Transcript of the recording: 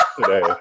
today